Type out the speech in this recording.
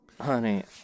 Honey